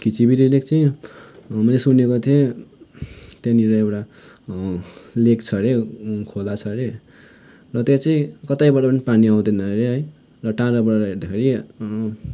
खिचिबेरी lake चाहिँ मैले सुनेको थिएँ त्यहाँनिर एउटा लेक छ अरे खोला छ अरे र त्यहाँ चाहिँ कतैबाट पनि पानी आउँदैन अरे है र टाढाबाट हेर्दाखेरि